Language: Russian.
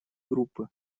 группы